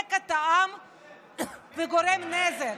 למה, מתריס?